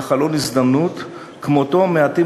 אלא חלון הזדמנות כמותו מעטים